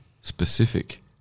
specific